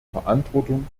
verantwortung